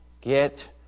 get